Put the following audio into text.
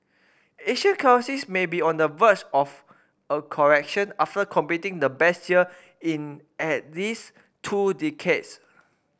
Asian currencies may be on the verge of a correction after completing the best year in at least two decades